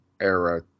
era